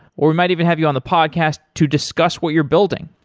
or we might even have you on the podcast to discuss what you're building.